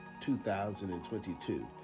2022